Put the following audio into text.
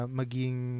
maging